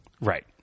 Right